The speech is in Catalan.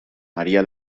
maria